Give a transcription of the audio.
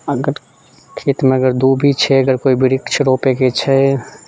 अगर खेतमे अगर दूबी छै अगर कोइ वृक्ष रोपैके छै